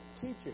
teaching